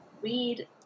read